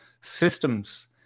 systems